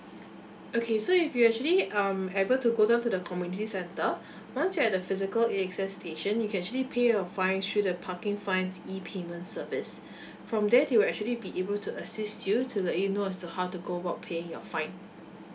okay so if you actually um ever to go down to the community center once you're at the physical A_X_S station you can actually pay your fine through the parking fine E payment service from there they will actually be able to assist you to let you know as to how to go about paying your fine